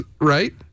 Right